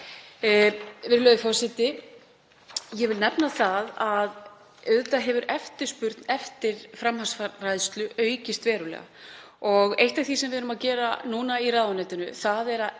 Virðulegur forseti. Ég vil nefna að auðvitað hefur eftirspurn eftir framhaldsfræðslu aukist verulega. Eitt af því sem við erum að gera núna í ráðuneytinu er að